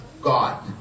God